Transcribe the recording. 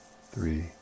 three